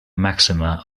maxima